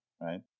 right